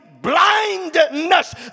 blindness